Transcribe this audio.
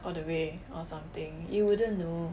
all the way or something you wouldn't know